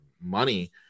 money